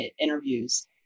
interviews